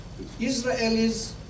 Israelis